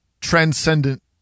transcendent